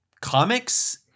comics